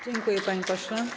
Dziękuję, panie pośle.